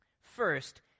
First